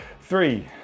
three